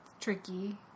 tricky